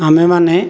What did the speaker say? ଆମ୍ଭେମାନେ